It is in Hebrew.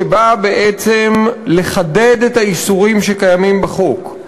שבאה בעצם לחדד את האיסורים שקיימים בחוק,